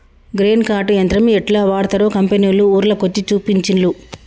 grain cart యంత్రం యెట్లా వాడ్తరో కంపెనోళ్లు ఊర్ల కొచ్చి చూపించిన్లు